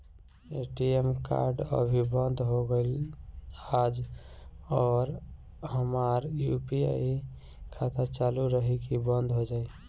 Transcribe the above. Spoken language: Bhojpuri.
ए.टी.एम कार्ड अभी बंद हो गईल आज और हमार यू.पी.आई खाता चालू रही की बन्द हो जाई?